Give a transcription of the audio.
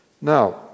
Now